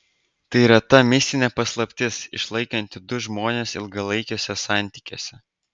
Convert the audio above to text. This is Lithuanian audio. tai yra ta mistinė paslaptis išlaikanti du žmones ilgalaikiuose santykiuose